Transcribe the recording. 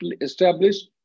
established